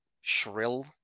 shrill